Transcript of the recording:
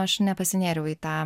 aš nepasinėriau į tą